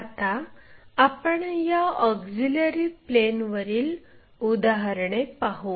आता आपण या ऑक्झिलिअरी प्लेनवरील उदाहरणे पाहू